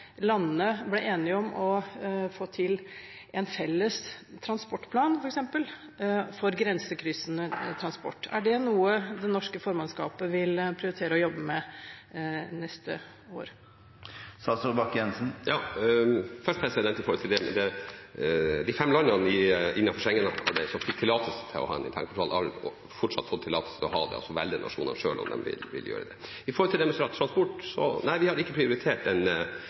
landene ble enige om å få til f.eks. en felles transportplan for grensekryssende transport. Er det noe det norske formannskapet vil prioritere å jobbe med det neste året? Først: Når det gjelder de fem landene innenfor Schengen-området som fikk tillatelse til å ha en internkontroll, har de fått fortsatt tillatelse til å ha det, og så velger nasjonene selv om de vil gjøre det. Når det gjelder det med transport: Nei, vi har ikke prioritert